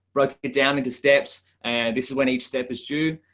break it down into steps. and this is when each step is june,